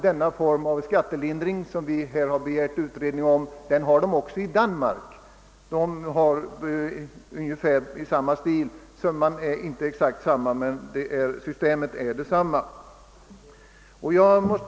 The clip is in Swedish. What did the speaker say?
Den form av skattelindring som vi begärt utredning om finns även i Danmark — summan är inte exakt densamma som i Norge men systemet är detsamma.